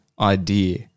idea